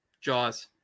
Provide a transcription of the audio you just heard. Jaws